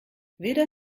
weder